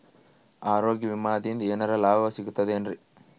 ಆರೋಗ್ಯ ವಿಮಾದಿಂದ ಏನರ್ ಲಾಭ ಸಿಗತದೇನ್ರಿ?